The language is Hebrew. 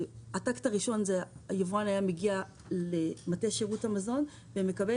הטקט הראשון היבואן היה מגיע למטה שירות המזון ומקבל